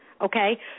okay